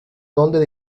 dónde